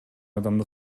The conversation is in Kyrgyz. адамды